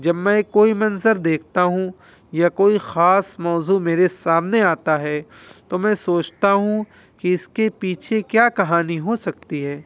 جب میں کوئی منظر دیکھتا ہوں یا کوئی خاص موضوع میرے سامنے آتا ہے تو میں سوچتا ہوں کہ اس کے پیچھے کیا کہانی ہو سکتی ہے